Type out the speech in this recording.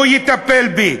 שהוא יטפל בי.